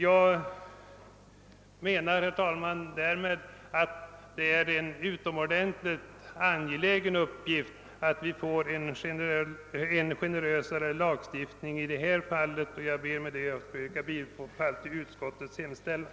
Jag menar, herr talman, att det är en utomordentligt viktig uppgift att åstadkomma en generösare lagstiftning i det avseendet. Jag ber, herr talman, att få yrka bifall till utskottets hemställan.